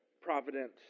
providence